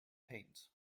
paint